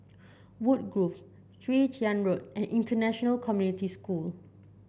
Woodgrove Chwee Chian Road and International Community School